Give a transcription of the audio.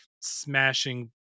smashing